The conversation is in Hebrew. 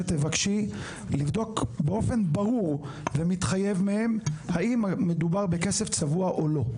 שתבקשי לבדוק באופן ברור ומתחייב מהם אם מדובר בכסף צבוע או לא.